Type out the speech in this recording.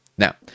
Now